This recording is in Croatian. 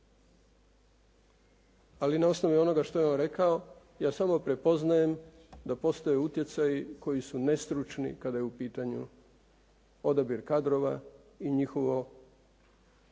Ali na osnovi onoga što je on rekao, ja samo prepoznajem da postoje utjecaji koji su nestručni kada je u pitanju odabir kadrova i njihovo, i